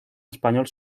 español